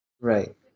Right